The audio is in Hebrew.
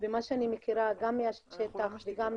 במה שאני מכירה גם מהשטח וגם